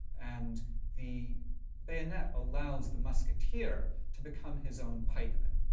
and the bayonet allows the musketeer to become his own pikeman.